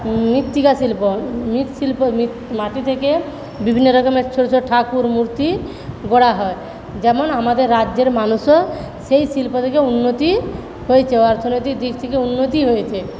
মৃত্তিকা শিল্প মৃৎশিল্প মাটি থেকে বিভিন্ন রকমের ছোট ছোট ঠাকুর মূর্তি গড়া হয় যেমন আমাদের রাজ্যের মানুষেরও সেই শিল্প থেকে উন্নতি হয়েছে অর্থনৈতিক দিক থেকে উন্নতি হয়েছে